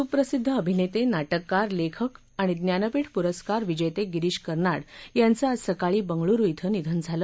सुप्रसिद्ध अभिनेते नाटककार लेखक आणि ज्ञानपीठ पुरस्कार विजेते गिरीश कर्नाड यांचं आज सकाळी बंगळूरु अं निधन झालं